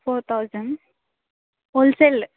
four thousand హోల్సేల్లో